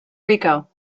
rico